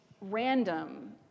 random